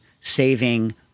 saving